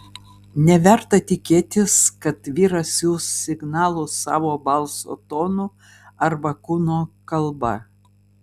neverta tikėtis kad vyras siųs signalus savo balso tonu arba kūno kalba